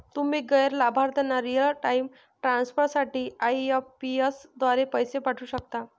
तुम्ही गैर लाभार्थ्यांना रिअल टाइम ट्रान्सफर साठी आई.एम.पी.एस द्वारे पैसे पाठवू शकता